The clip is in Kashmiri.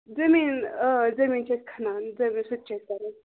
زٔمیٖن اۭں زٔمیٖن چھِ أسۍ کھَنان سُہ تہِ چھِ أسۍ کَران